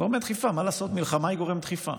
מה לעשות, מלחמה היא גורם דחיפה,